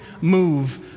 move